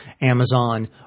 Amazon